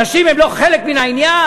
נשים הן לא חלק מן העניין?